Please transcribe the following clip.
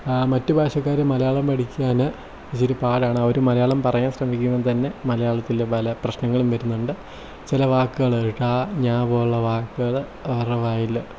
മറ്റു ഭാഷക്കാർ മലയാളം പഠിക്കാൻ ഇച്ചിരി പാടാണ് അവർ മലയാളം പറയാൻ ശ്രമിക്കുമ്പോൾ തന്നെ മലയാളത്തിൽ പല പ്രശ്നങ്ങളും വരുന്നുണ്ട് ചില വാക്കുകൾ ഴ ഞ പോലെയുള്ള വാക്കുകൾ അവരുടെ വായിൽ